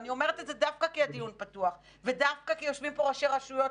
ואני אומרת את זה דווקא כי הדיון פתוח ודווקא כי יושבים פה ראשי רשויות,